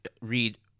read